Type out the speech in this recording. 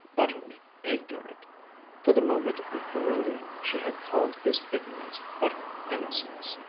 utterly ignorant for the moment in her relief she had called his ignorance utter innocence.